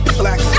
black